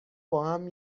باهم